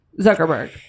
Zuckerberg